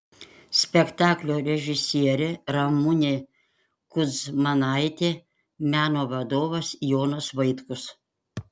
spektaklio režisierė ramunė kudzmanaitė meno vadovas jonas vaitkus